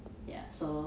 ya so